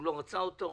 הוא לא רצה אותו.